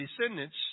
descendants